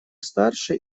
старше